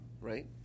right